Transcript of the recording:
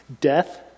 death